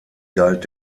galt